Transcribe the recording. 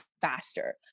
faster